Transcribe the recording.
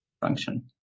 function